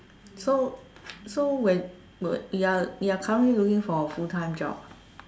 so so when you are currently looking for a full time job